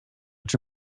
czy